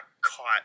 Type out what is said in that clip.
caught